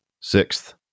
sixth